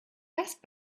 best